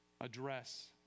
address